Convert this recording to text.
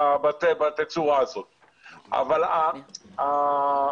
דרך אגב,